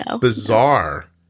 bizarre